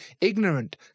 ignorant